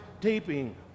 taping